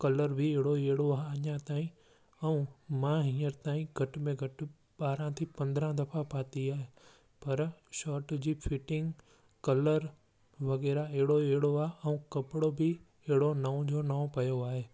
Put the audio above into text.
colour बि अहिड़ो ई अहिड़ो आहे अञा ताईं ऐं मां हींअर ताईं घटि में घटि ॿारहां ते पंद्रहां दफ़ा पाती आहे पर शर्ट जी फिटिंग कलर वग़ैरह अहिड़ो ई अहिड़ो आहे ऐं कपिड़ो बि अहिड़ो नओ जो नओ पियो आहे